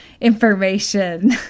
information